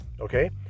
Okay